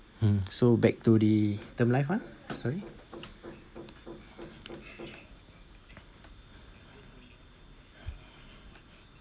mm so back to the term life one sorry